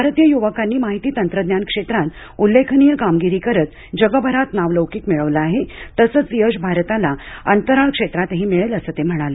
भारतीय युवकांनी माहिती तंत्रज्ञान क्षेत्रात उल्लेखनीय कामगिरी करत जगभरात नावलौकिक मिळवला आहे तसंच यश भारताला अंतराळ क्षेत्रातही मिळेल असं ते म्हणाले